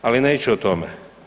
Ali neću o tome.